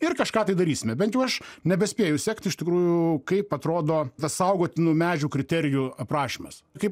ir kažką tai darysime bent jau aš nebespėju sekti iš tikrųjų kaip atrodo tas saugotinų medžių kriterijų aprašymas kaip